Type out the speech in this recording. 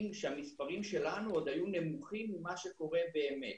שהמספרים שלנו עוד היו נמוכים ממה שקורה באמת.